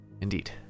Indeed